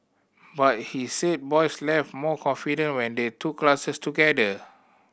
but he said boys more confident when they took classes together